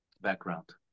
background